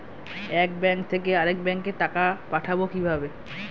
এক ব্যাংক থেকে আরেক ব্যাংকে টাকা পাঠাবো কিভাবে?